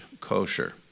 kosher